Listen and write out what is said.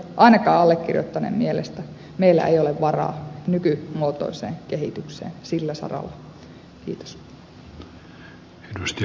ainakaan allekirjoittaneen mielestä meillä ei ole varaa nykymuotoiseen kehitykseen sillä saralla